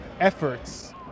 efforts